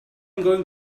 going